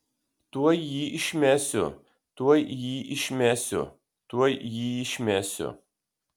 tuoj jį išmesiu tuoj jį išmesiu tuoj jį išmesiu